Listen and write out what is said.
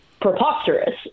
preposterous